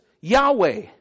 Yahweh